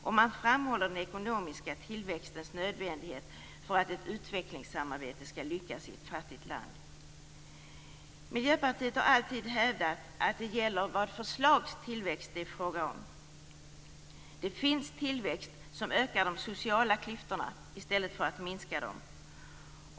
Och man framhåller den ekonomiska tillväxtens nödvändighet för att ett utvecklingssamarbete skall lyckas i ett fattigt land. Miljöpartiet har alltid hävdat att frågan är vad för slags tillväxt det handlar om. Det finns tillväxt som ökar de sociala klyftorna i stället för att minska dem.